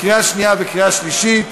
קריאה שנייה וקריאה שלישית.